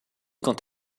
quant